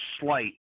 slight